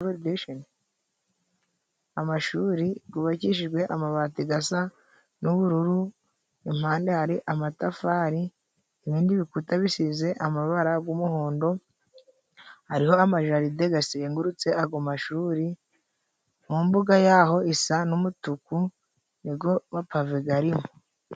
Amashuri gubakishijwe amabati gasa n'ubururu，impande hari amatafari， ibindi bikuta bisize amabara，g'umuhondo，hariho amajaride gazengurutse ago mashuri，mu mbuga yaho isa n'umutuku，nigo gapavega garimo.